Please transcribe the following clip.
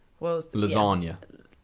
Lasagna